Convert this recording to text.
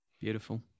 Beautiful